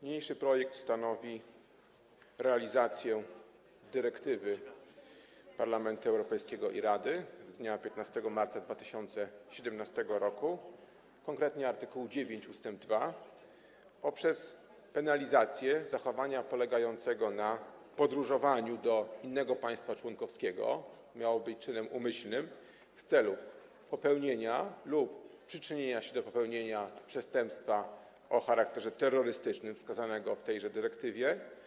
Niniejszy projekt stanowi realizację dyrektywy Parlamentu Europejskiego i Rady z dnia 15 marca 2017 r., konkretnie art. 9 ust. 2, poprzez penalizację zachowania polegającego na podróżowaniu do innego państwa członkowskiego - jeśli chodzi o czyn umyślny - w celu popełnienia lub przyczynienia się do popełnienia przestępstwa o charakterze terrorystycznym wskazanego w tejże dyrektywie.